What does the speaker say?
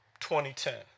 2010